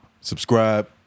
subscribe